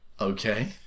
Okay